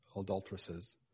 adulteresses